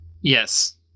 Yes